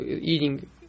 eating